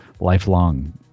lifelong